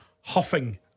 huffing